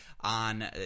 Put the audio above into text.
on